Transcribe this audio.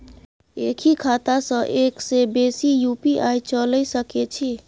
एक ही खाता सं एक से बेसी यु.पी.आई चलय सके छि?